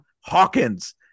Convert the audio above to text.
Hawkins